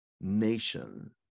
nation